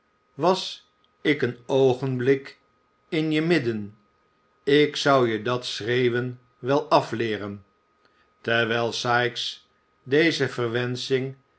was ik een oogenblik in je midden ik zou je dat schreeuwen wel afleeren terwijl sikes deze